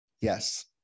yes